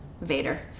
Vader